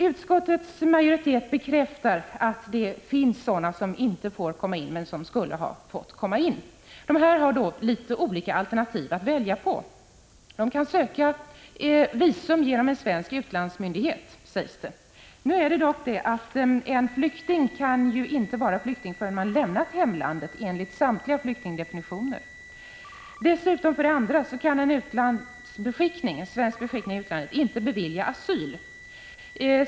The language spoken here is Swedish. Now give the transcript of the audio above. Utskottets majoritet bekräftar att det finns flyktingar som inte får komma in men som skulle ha fått komma in. Dessa personer har då litet olika alternativ att välja på. De kan söka visum genom en svensk utlandsmyndighet, sägs det. Nu är det dock så, att en flykting inte kan vara flykting förrän han har lämnat hemlandet, enligt samtliga flyktingdefinitioner. Dessutom kan en svensk beskickning i utlandet inte bevilja asyl.